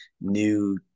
new